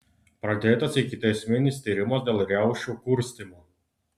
pradėtas ikiteisminis tyrimas dėl riaušių kurstymo